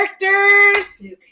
characters